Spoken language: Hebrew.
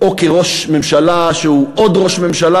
או כראש ממשלה שהוא עוד ראש ממשלה,